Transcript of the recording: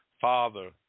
Father